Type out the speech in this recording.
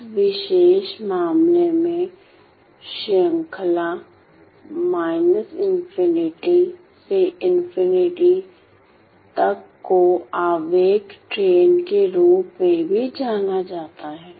इस विशेष मामले में श्रृंखला −∞ से ∞ तक को आवेग ट्रेन के रूप में भी जाना जाता है